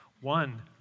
one